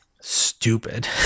stupid